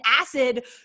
acid